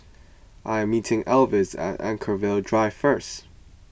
I am meeting Alvis at Anchorvale Drive first